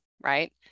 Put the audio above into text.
right